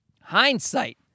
Hindsight